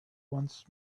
once